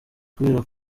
kubera